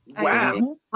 wow